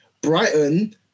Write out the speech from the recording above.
Brighton